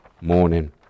morning